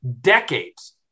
decades